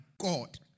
God